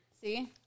See